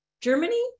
Germany